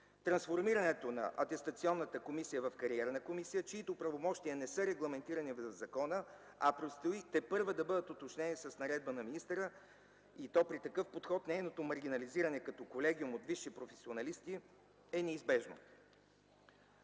трансформирането на Атестационната комисия в Кариерна комисия, чиито правомощия не са регламентирани в закона, а тепърва предстои да бъдат уточнени с наредба на министъра и то при такъв подход нейното маргинализиране като колегиум от висши професионалисти е неизбежно.